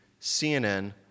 CNN